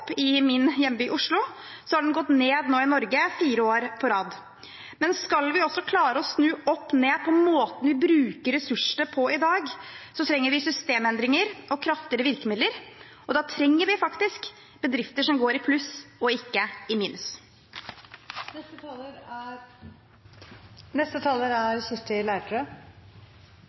i min hjemby, Oslo, har de nå gått ned i Norge fire år på rad. Men skal vi også klare å snu opp ned på måten vi bruker ressursene på i dag, trenger vi systemendringer og kraftigere virkemidler, og da trenger vi faktisk bedrifter som går i pluss og ikke i minus. At små forskjeller, trygghet og tillit bidrar til mer verdiskaping, er